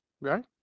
Right